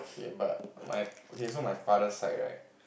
K but my okay so my father side right